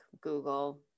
Google